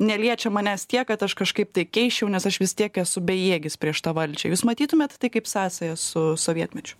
neliečia manęs tiek kad aš kažkaip tai keisčiau nes aš vis tiek esu bejėgis prieš tą valdžią jūs matytumėt tai kaip sąsają su sovietmečiu